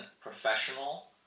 professional